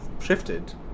shifted